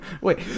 Wait